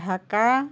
Dhaka